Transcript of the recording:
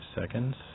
seconds